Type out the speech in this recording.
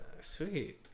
Sweet